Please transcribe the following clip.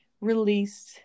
released